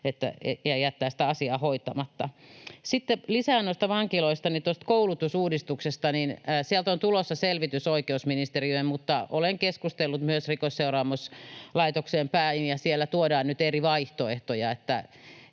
ja jättää sitä asiaa hoitamatta. Sitten lisää noista vankiloista: Tuosta koulutusuudistuksesta on tulossa selvitys oikeusministeriöön, mutta olen keskustellut myös Rikosseuraamuslaitokseen päin, ja siellä tuodaan nyt eri vaihtoehtoja.